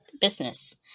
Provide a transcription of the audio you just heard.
business